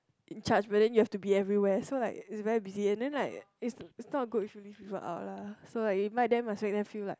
in charge but then you have to be everywhere so like it's very busy and then like it's not good to leave people out lah so like invite them must make them feel like